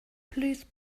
please